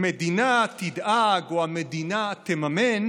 המדינה תדאג או המדינה תממן